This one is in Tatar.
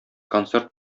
концерт